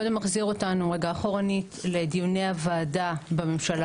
קודם אחזיר אותנו רגע אחורנית לדיוני הוועדה בממשלה